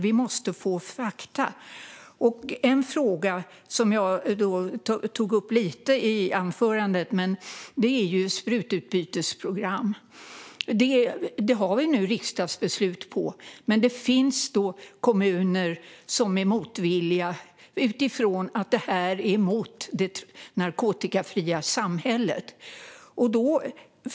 Vi måste få fakta. En fråga som jag tog upp lite i mitt anförande är den om sprututbytesprogram. Det har vi nu riksdagsbeslut på, men det finns kommuner som är motvilliga utifrån att det är emot det narkotikafria samhället.